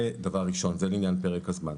זה דבר ראשון בעניין פרק הזמן.